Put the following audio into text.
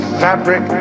fabric